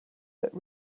but